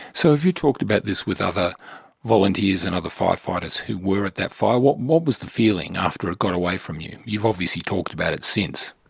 so have you talked about this with other volunteers and other firefighters who were at that fire? what what was the feeling after it got away from you? you've obviously talked about it since.